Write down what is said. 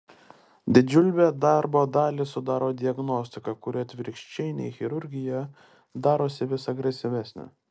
didžiulę darbo dalį sudaro diagnostika kuri atvirkščiai nei chirurgija darosi vis agresyvesnė